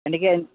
ఎన్ని కేజీలు